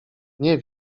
nie